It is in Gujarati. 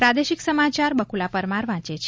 પ્રાદેશિક સમાચાર બ્કુલા પરમાર વાંચે છે